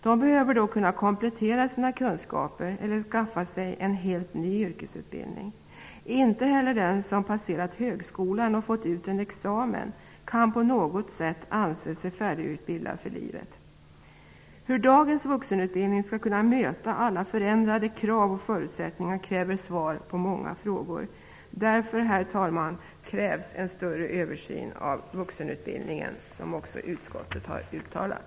De behöver då kunna komplettera sina kunskaper eller skaffa sig en helt ny yrkesutbildning. Inte heller den som passerat högskolan och fått ut en examen kan på något sätt anse sig färdigutbildad för livet. Hur dagens vuxenutbildning skall kunna möta alla förändrade krav och förutsättningar kräver svar på många frågor. Därför, herr talman, krävs en större översyn av vuxenutbildningen, vilket också utskottet har uttalat.